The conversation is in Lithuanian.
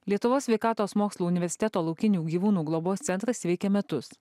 lietuvos sveikatos mokslų universiteto laukinių gyvūnų globos centras veikia metus